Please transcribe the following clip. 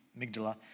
amygdala